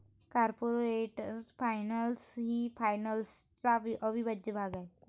corporate finance हा फायनान्सचा अविभाज्य भाग आहे